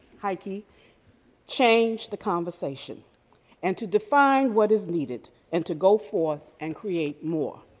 haki change the conversation and to define what is needed and to go forth and create more.